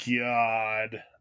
god